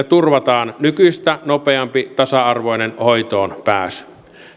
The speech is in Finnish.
turvataan nykyistä nopeampi tasa arvoinen hoitoon pääsy